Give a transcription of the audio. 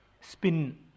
spin